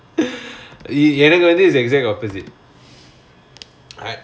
எனக்கு வந்து:enakku vanthu is the exact opposite